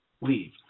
Leave